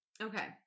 okay